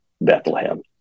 Bethlehem